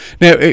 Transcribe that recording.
now